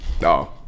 No